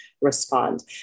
respond